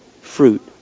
fruit